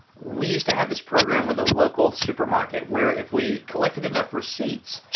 we used to have this program with a local supermarket where if we collected enough receipts,